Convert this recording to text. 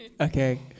Okay